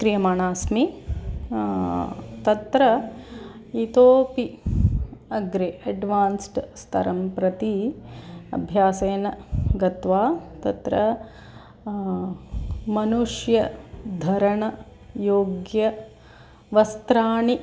क्रियमाणा अस्मि तत्र इतोऽपि अग्रे हेड्वान्स्ट् स्तरं प्रति अभ्यासेन गत्वा तत्र मनुष्यधरणयोग्यवस्त्राणि